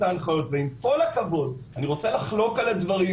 ההנחיות ועם כל הכבוד אני רוצה לחלוק על הדברים,